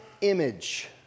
image